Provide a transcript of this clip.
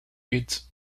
its